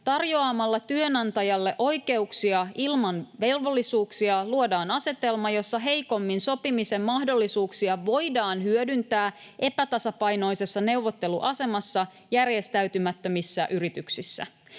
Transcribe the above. Tarjoamalla työnantajalle oikeuksia ilman velvollisuuksia luodaan asetelma, jossa heikommin sopimisen mahdollisuuksia voidaan hyödyntää epätasapainoisessa neuvotteluasemassa järjestäytymättömissä yrityksissä.